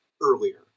earlier